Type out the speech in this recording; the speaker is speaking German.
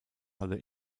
halle